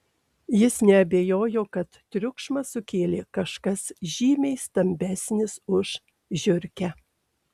jis neabejojo kad triukšmą sukėlė kažkas žymiai stambesnis už žiurkę